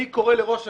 אני קורא לראש הממשלה,